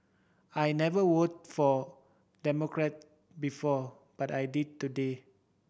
I never voted for Democrat before but I did today